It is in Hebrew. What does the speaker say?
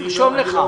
תרשום לך.